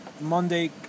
Monday